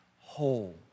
whole